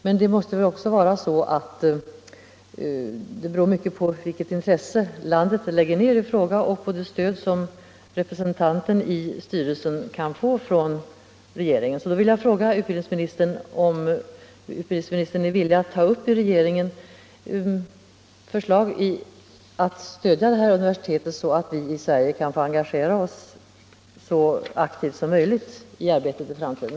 Men det måste väl också i stor utsträckning bero på vilket intresse landet i fråga lägger ned och på det stöd som representanten i styrelsen kan få från regeringen. Jag vill därför fråga om utbildningsministern är villig att i regeringen ta upp förslag om att stödja detta universitet så att vi i Sverige kan få engagera oss så aktivt som möjligt i arbetet i framtiden.